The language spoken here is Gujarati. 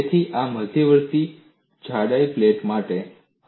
તેથી આ મધ્યવર્તી જાડાઈ પ્લેટ માટે છે